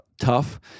tough